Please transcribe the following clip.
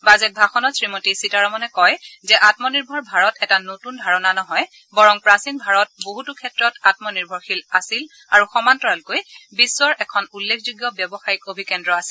budget ভাষণত শ্ৰীমতী সীতাৰমনে কয় যে আমনিৰ্ভৰ এটা নতুন ধাৰণা নহয় বৰং প্ৰাচীন ভাৰত বহুতো ক্ষেত্ৰত আম্মনিৰ্ভৰশীল আছিল আৰু সমান্তৰালকৈ বিশ্বৰ এখন উল্লেখযোগ্য ব্যৱসায়িক অভিকেদ্ৰ আছিল